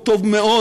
הוא טוב מאוד,